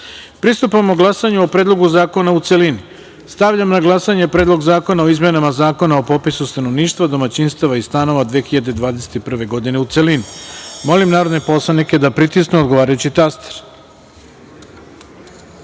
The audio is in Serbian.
zakona. Pristupamo glasanju o Predlogu zakona u celini. Stavljam na glasanje Predlog zakona o izmenama Zakona o popisu stanovništva, domaćinstava i stanova 2021. godine, u celini. Molim narodne poslanike da pritisnu odgovarajući